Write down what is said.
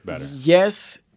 yes